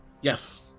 Yes